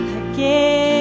again